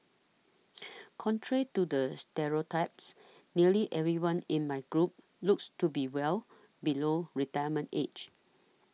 contrary to the stereotypes nearly everyone in my group looks to be well below retirement age